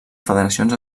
federacions